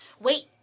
Wait